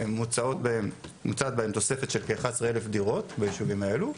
שמוצעת בהן תוספת של כ-11 אלף דירות ביישובים האלו,